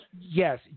Yes